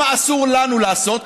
מה אסור לנו לעשות,